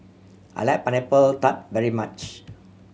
I like Pineapple Tart very much